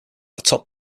atop